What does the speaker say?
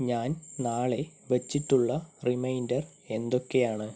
ഞാൻ നാളെ വച്ചിട്ടുള്ള റിമൈൻഡർ എന്തൊക്കെയാണ്